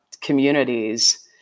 communities